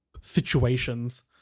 situations